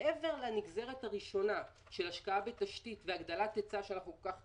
מעבר לנגזרת הראשונה של השקעה בתשתית והגדלת היצע שאנחנו כל כך צריכים,